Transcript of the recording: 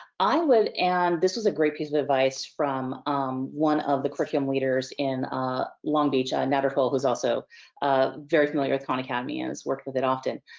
i would and, this was a great piece of advice from um one of the curriculum leaders in ah long beach, netherhall who's also ah very familiar with khan academy and has worked with it often.